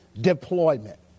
deployment